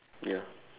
ya